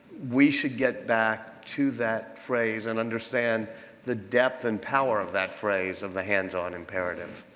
we should get back to that phrase and understand the depth and power of that phrase, of the hands-on imperative.